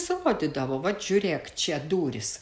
jis rodydavo vat žiūrėk čia durys